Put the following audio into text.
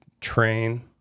train